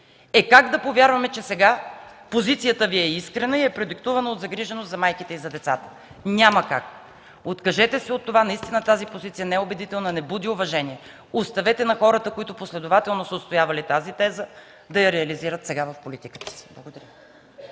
Е как да повярваме сега, че позицията Ви е искрена и е продиктувана от загриженост към майките и децата? Няма как! Откажете се от това, наистина тази позиция не е убедителна, не буди уважение. Оставете на хората, които последователно са отстоявали тази теза, да я реализират сега в политиката. Благодаря.